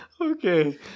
Okay